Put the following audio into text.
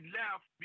left